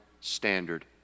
standard